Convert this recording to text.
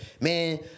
man